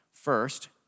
first